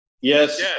Yes